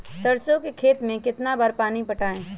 सरसों के खेत मे कितना बार पानी पटाये?